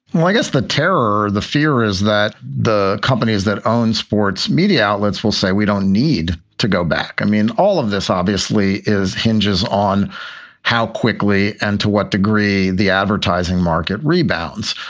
well, i guess the terror, the fear is that the companies that owns sports media outlets will say we don't need to go back. i mean, all of this obviously is hinges on how quickly and to what degree the advertising market rebounds.